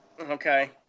Okay